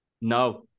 No